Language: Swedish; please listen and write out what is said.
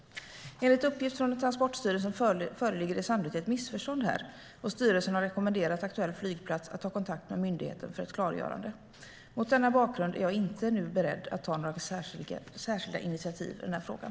Enligt uppgift från Transportstyrelsen föreligger det sannolikt ett missförstånd här, och styrelsen har rekommenderat aktuell flygplats att ta kontakt med myndigheten för ett klargörande. Mot denna bakgrund är jag inte beredd att nu ta några särskilda initiativ i den här frågan.